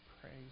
praise